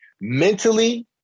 mentally